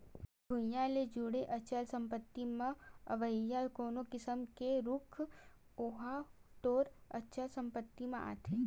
भुइँया ले जुड़े अचल संपत्ति म अवइया कोनो किसम के रूख ओहा तोर अचल संपत्ति म आथे